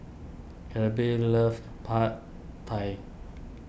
Claribel loves Pad Thai